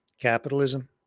capitalism